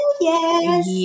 yes